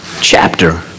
chapter